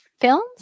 Films